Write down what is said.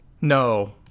No